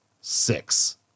six